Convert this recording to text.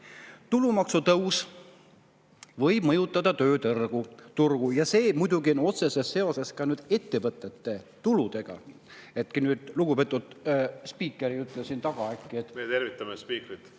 Tulumaksutõus võib mõjutada tööturgu ja see muidugi on otseses seoses ettevõtete tuludega. Äkki nüüd lugupeetud spiiker ei ütle siin taga, et … Me tervitame spiikrit.